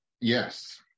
Yes